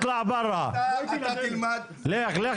לך, לך